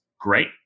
great